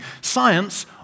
science